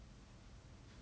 like !wow!